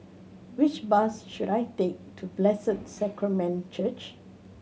which bus should I take to Blessed Sacrament Church